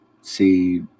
see